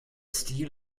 stil